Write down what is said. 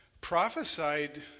prophesied